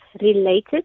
related